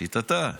לשיטתה